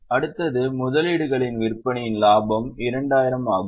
அடுத்தது முதலீடுகளின் விற்பனையின் லாபம் 2000 ஆகும்